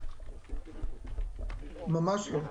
ממש לא.